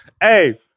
Hey